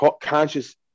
conscious